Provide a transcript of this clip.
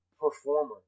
performer